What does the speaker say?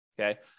Okay